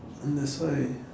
that's why